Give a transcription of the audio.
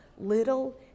little